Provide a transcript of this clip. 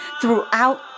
throughout